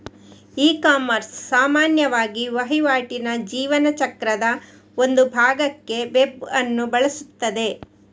ecommerce ಸಾಮಾನ್ಯವಾಗಿ ವಹಿವಾಟಿನ ಜೀವನ ಚಕ್ರದ ಒಂದು ಭಾಗಕ್ಕೆ ವೆಬ್ ಅನ್ನು ಬಳಸುತ್ತದೆ